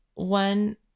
one